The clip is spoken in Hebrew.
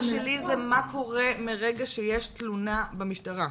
שלי זה מה קורה מרגע שיש תלונה במשטרה.